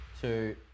two